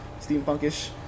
steampunkish